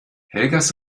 helgas